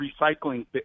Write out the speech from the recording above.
recycling